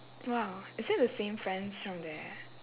!wow! is it the same friends from their